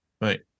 Right